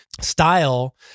style